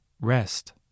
Rest